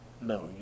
no